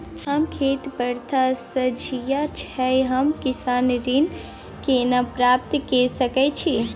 हमर खेत पथार सझिया छै हम किसान ऋण केना प्राप्त के सकै छी?